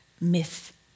myth